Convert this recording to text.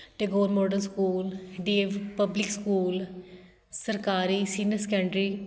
Tagore model school D A V public school ਸਰਕਾਰੀ senior secondary